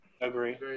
Agree